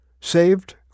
saved